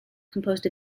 composed